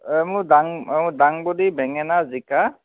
মোৰ দাং দাংবডি বেঙেনা জিকা